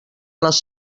les